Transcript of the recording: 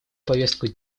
повестку